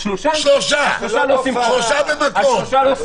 שלושה במקום.